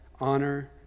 honor